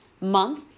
month